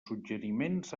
suggeriments